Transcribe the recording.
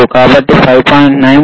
కాబట్టి 5